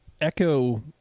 echo